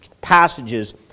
passages